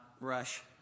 rush